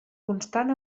constant